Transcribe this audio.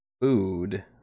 food